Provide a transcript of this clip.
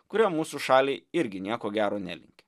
kurie mūsų šaliai irgi nieko gero nelinki